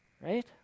right